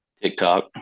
TikTok